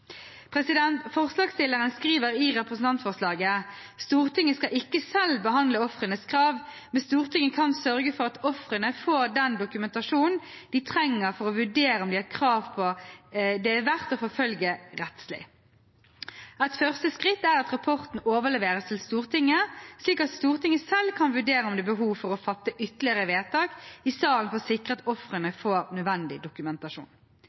Forslagsstilleren skriver i representantforslaget: «Stortinget skal ikke selv behandle ofrenes krav, men Stortinget kan sørge for at ofrene får den dokumentasjonen de trenger for å vurdere om de har krav det er verdt å forfølge rettslig. Et første skritt er at rapporten overleveres til Stortinget, slik at Stortinget selv kan vurdere om det er behov for å fatte ytterligere vedtak i salen for å sikre at ofrene får nødvendig dokumentasjon.»